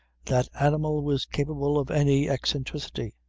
that animal was capable of any eccentricity.